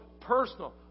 personal